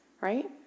right